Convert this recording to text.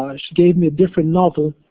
um she gave me a different novel,